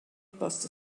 bost